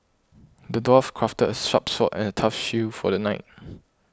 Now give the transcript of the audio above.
the dwarf crafted a sharp sword and a tough shield for the knight